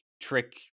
trick